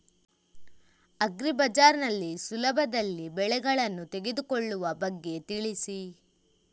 agri Bazaar ನಲ್ಲಿ ಸುಲಭದಲ್ಲಿ ಬೆಳೆಗಳನ್ನು ತೆಗೆದುಕೊಳ್ಳುವ ಬಗ್ಗೆ ತಿಳಿಸಿ